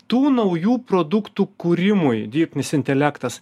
tų naujų produktų kūrimui dirbtinis intelektas